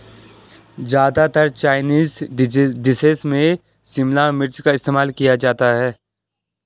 ज्यादातर Chinese dishes में शिमला मिर्च का इस्तेमाल किया जाता है